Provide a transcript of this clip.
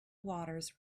waters